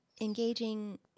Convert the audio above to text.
engaging